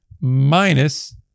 Minus